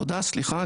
תודה סליחה,